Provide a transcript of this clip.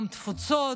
גם בתפוצות,